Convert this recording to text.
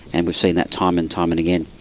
and we've seen that time and time and again.